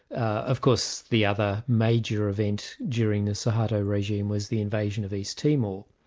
of course the other major event during the suharto regime was the invasion of east timor.